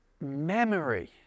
memory